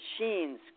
machines